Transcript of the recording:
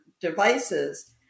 devices